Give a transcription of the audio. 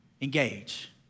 engage